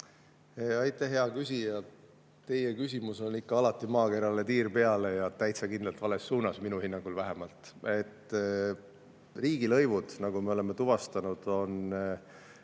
Aitäh, hea küsija! Teie küsimus teeb ikka alati maakerale tiiru peale ja täitsa kindlalt vales suunas, minu hinnangul vähemalt. Riigilõivud, nagu me oleme tuvastanud, on